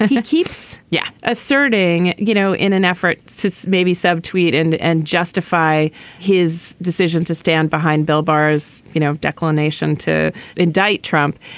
he keeps yeah asserting you know in an effort to maybe self tweet and and justify his decision to stand behind bill bars you know declination to indict trump.